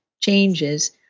changes